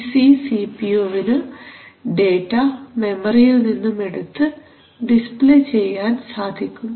P C C P U data മെമ്മറിയിൽ നിന്നും എടുത്തു ഡിസ്പ്ലേ ചെയ്യാൻ സാധിക്കും